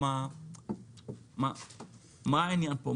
מה העניין פה?